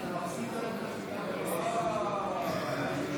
(קורא בשמות חברי הכנסת)